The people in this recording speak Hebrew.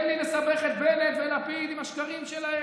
שלנו בטוח לא.